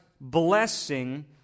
blessing